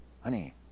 honey